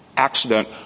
accident